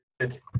good